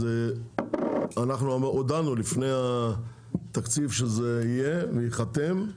הודענו לפני התקציב שזה יהיה וייחתם,